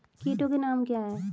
कीटों के नाम क्या हैं?